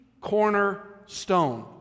cornerstone